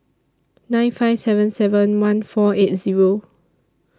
nine five seven seven one four eight Zero